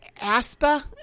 ASPA